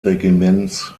regiments